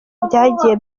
byagiye